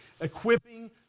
equipping